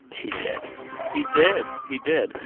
he did he did. he did.